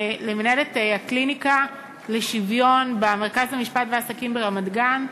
למנהלת הקליניקה לשוויון במרכז האקדמי למשפט ולעסקים ברמת-גן,